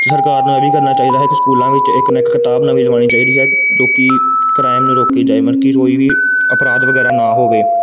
ਅਤੇ ਸਰਕਾਰ ਨੂੰ ਇਹ ਵੀ ਕਰਨਾ ਚਾਹੀਦਾ ਹੈ ਕਿ ਸਕੂਲਾਂ ਵਿੱਚ ਇੱਕ ਨਾ ਇੱਕ ਕਿਤਾਬ ਨਵੀਂ ਲਵਾਉਣੀ ਚਾਹੀਦੀ ਹੈ ਜੋ ਕਿ ਕ੍ਰਾਈਮ ਨੂੰ ਰੋਕੀ ਜਾਵੇ ਮਤਲਬ ਕਿ ਕੋਈ ਵੀ ਅਪਰਾਧ ਵਗੈਰਾ ਨਾ ਹੋਵੇ